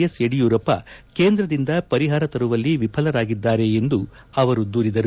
S Yediyurappa ಕೇಂದ್ರದಿಂದ ಪರಿಹಾರ ತರುವಲ್ಲಿ ವಿಫಲರಾಗಿದ್ದಾರೆ ಎಂದು ಅವರು ದೂರಿದರು